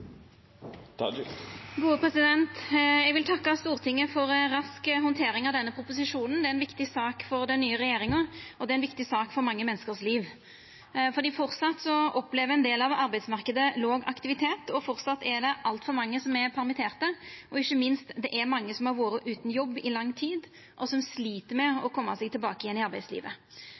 er ei viktig sak for den nye regjeringa, og det er ei viktig sak for livet til mange menneske. Framleis opplever ein del av arbeidsmarknaden låg aktivitet, og framleis er det altfor mange som er permitterte. Ikkje minst er det mange som har vore utan jobb i lang tid, og som slit med å koma seg tilbake i arbeidslivet.